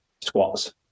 squats